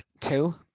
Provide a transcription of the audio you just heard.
Two